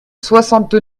soixante